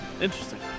interesting